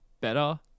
better